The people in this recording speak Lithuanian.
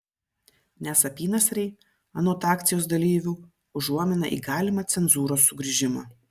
nes apynasriai anot akcijos dalyvių užuomina į galimą cenzūros sugrįžimą